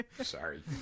Sorry